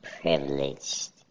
privileged